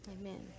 Amen